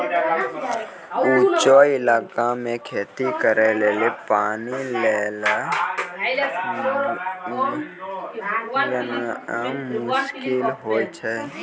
ऊंचो इलाका मे खेती करे लेली पानी लै गेनाय मुश्किल होय छै